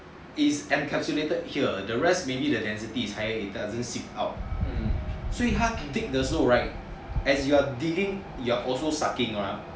it is encapsulated here the rest maybe the density is higher it doesn't seem out 所以他 dig 的时候 right as you're digging you are also sucking mah